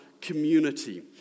community